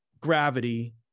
gravity